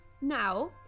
now